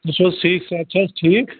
تُہۍ چھِو حظ ٹھیٖک صحت چھُ حظ ٹھیٖک